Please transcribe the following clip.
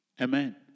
Amen